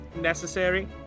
necessary